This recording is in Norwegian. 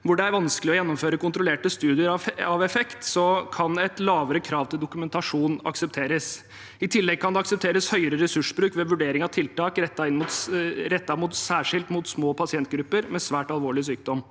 hvor det er vanskelig å gjennomføre kontrollerte studier av effekt, kan et lavere krav til dokumentasjon aksepteres. I tillegg kan det aksepteres høyere ressursbruk ved vurdering av tiltak rettet inn mot særskilt små pasientgrupper med svært alvorlig sykdom.